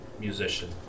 musician